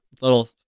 little